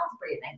breathing